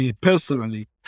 personally